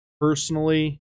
personally